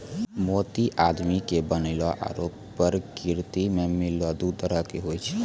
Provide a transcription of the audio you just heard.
मोती आदमी के बनैलो आरो परकिरति सें मिललो दु तरह के होय छै